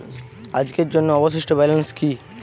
আজকের জন্য অবশিষ্ট ব্যালেন্স কি?